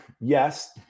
yes